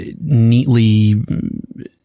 neatly